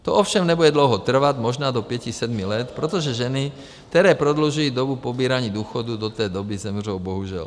To ovšem nebude dlouho trvat, možná do pěti, sedmi let, protože ženy, které prodlužují dobu pobírání důchodů, do té doby zemřou, bohužel.